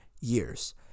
years